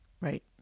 Right